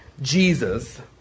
Jesus